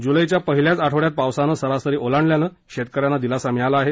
जुलैच्या पहिल्याच आठवड्यात पावसाने सरासरी ओलांडल्याने शेतक यांना दिलासा मिळाला आहे